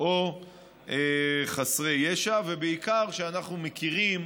או חסרי ישע, ובעיקר שאנחנו מכירים,